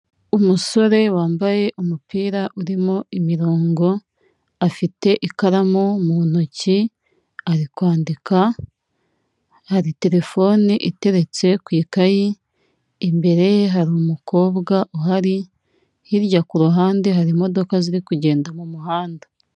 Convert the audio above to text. Umusore wambaye umupira urimo imirongo, afite ikaramu mu ntoki ari kwandika, hari terefone iteretse ku ikayi, imbere ye hari umukobwa uhari, hirya ku ruhande hari imodoka ziri kugenda mu muhanda.